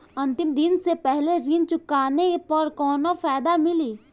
अंतिम दिन से पहले ऋण चुकाने पर कौनो फायदा मिली?